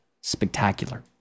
spectacular